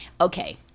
Okay